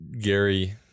Gary